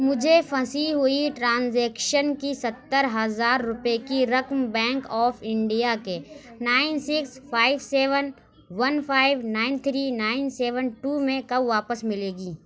مجھے پھنسی ہوئی ٹرانزیکشن کی ستر ہزار روپے کی رقم بینک آف انڈیا کے nine six five seven one five nine three nine seven two میں کب واپس ملے گی